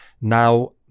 now